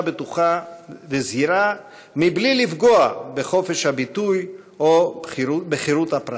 בטוחה וזהירה בלי לפגוע בחופש הביטוי או בחירות הפרט.